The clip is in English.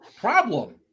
problem